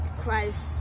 Christ